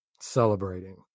Celebrating